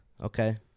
okay